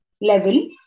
level